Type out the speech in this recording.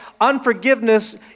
unforgiveness